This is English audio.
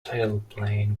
tailplane